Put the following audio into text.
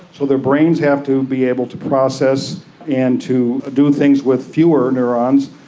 so their brains have to be able to process and to do things with fewer neurons,